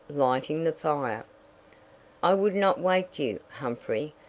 lighting the fire. i would not wake you, humphrey,